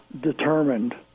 determined